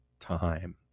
time